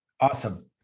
Awesome